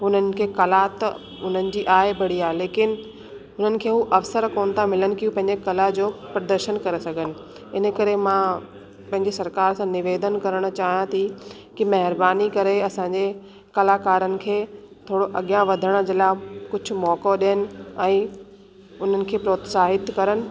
उन्हनि खे कला त उन्हनि जी आहे बढ़िया लेकिन उन्हनि खे हू अवसर कोनि था मिलनि कि उहे पंहिंजे कला जो प्रदर्शन करे सघनि इन करे मां पंहिंजी सरकार सां निवेदन करणु चाहियां थी की महिरबानी करे असांजे कलाकारनि खे थोरो अॻियां वधण जे लाइ कुझु मौको ॾियनि ऐं उन्हनि खे प्रोत्साहित करनि